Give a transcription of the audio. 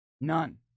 None